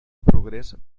progrés